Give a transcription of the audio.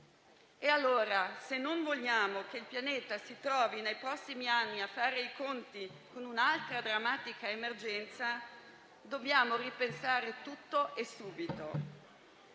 cinesi. Se non vogliamo che il pianeta si trovi nei prossimi anni a fare i conti con un'altra drammatica emergenza, dobbiamo ripensare tutto e subito.